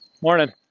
Morning